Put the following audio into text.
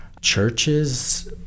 Churches